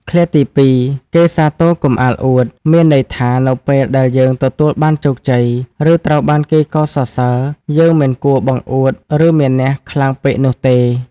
ឃ្លាទីពីរ "គេសាទរកុំអាលអួត" មានន័យថា នៅពេលដែលយើងទទួលបានជោគជ័យ ឬត្រូវបានគេកោតសរសើរ យើងមិនគួរបង្អួត ឬមានះខ្លាំងពេកនោះទេ។